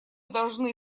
должны